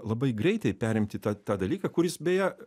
labai greitai perimti tą tą dalyką kuris beje